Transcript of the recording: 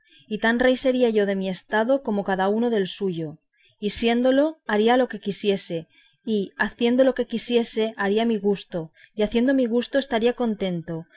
y tan rey sería yo de mi estado como cada uno del suyo y siéndolo haría lo que quisiese y haciendo lo que quisiese haría mi gusto y haciendo mi gusto estaría contento